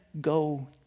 go